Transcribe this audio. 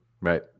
right